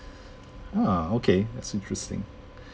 ah okay that's interesting